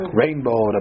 rainbow